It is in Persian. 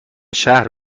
شهر